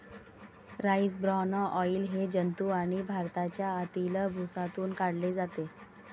rice bran oil हे जंतू आणि भाताच्या आतील भुसातून काढले जाते